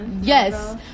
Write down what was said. Yes